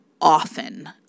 often